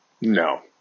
No